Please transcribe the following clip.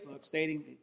stating